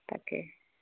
তাকে